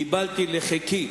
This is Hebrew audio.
קיבלתי לחיקי